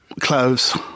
clothes